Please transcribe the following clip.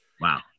Wow